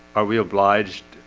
are we obliged?